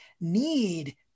need